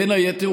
בין היתר,